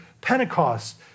Pentecost